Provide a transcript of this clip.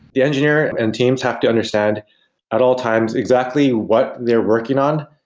the engineers and teams have to understand at all times exactly what they're working on,